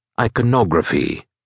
Iconography